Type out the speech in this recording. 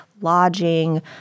lodging